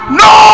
no